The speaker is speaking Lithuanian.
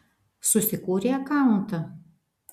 susikūrei akauntą